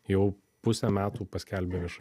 jau pusę metų paskelbę viešai